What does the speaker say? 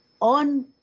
on